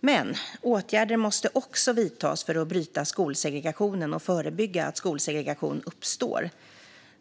Men åtgärder måste också vidtas för att bryta skolsegregationen och förebygga att skolsegregation uppstår.